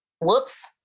Whoops